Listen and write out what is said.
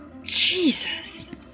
Jesus